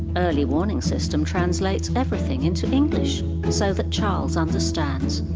early warning system translates everything into english so that charles understands.